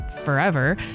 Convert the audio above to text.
forever